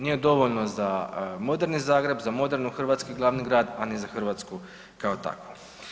Nije dovoljno za moderni Zagreb, za moderni hrvatski glavni grad, a ni za Hrvatsku kao takvu.